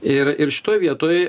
ir ir šitoj vietoj